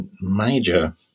major